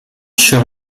shut